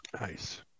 Nice